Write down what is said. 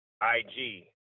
i-g